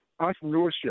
entrepreneurship